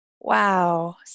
Wow